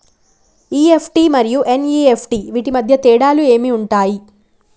EFT మరియు NEFT వీటి మధ్య తేడాలు ఏమి ఉంటాయి?